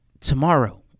tomorrow